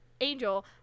angel